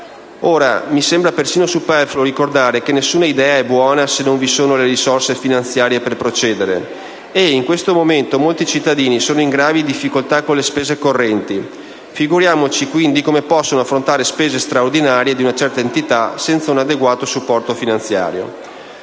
Mi sembra persino superfluo ricordare che nessuna idea è buona se non vi sono le risorse finanziarie per procedere. In questo momento molti cittadini sono in gravi difficoltà con le spese correnti; figuriamoci come possono affrontare spese straordinarie di una certa entità senza un adeguato supporto finanziario.